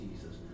Jesus